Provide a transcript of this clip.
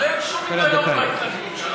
הרי אין שום היגיון בהתנגדות שלכם.